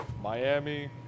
Miami